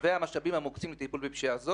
והמשאבים המוקצים לטיפול בפשיעה זו,